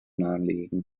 nahelegen